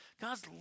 God's